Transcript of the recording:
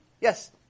Yes